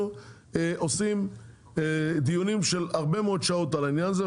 אנחנו עושים דיונים של הרבה מאוד שעות על העניין הזה,